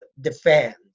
defend